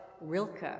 Rilke